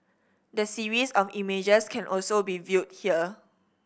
the series of images can also be viewed here